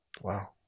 Wow